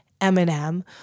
Eminem